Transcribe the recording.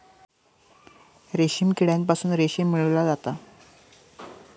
रेशीम किड्यांपासून रेशीम मिळवला जाता